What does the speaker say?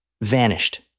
Vanished